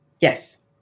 Yes